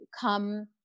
come